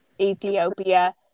Ethiopia